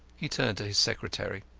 he turned to his secretary.